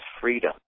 freedom